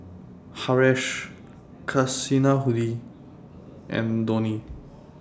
Haresh Kasinadhuni and Dhoni